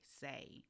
say